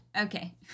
okay